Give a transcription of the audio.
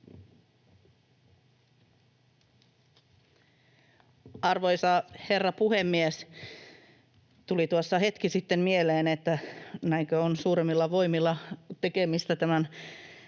Arvoisa herra puhemies! Tuli tuossa hetki sitten mieleen, että näinkö on suuremmilla voimilla tekemistä näiden